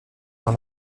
dans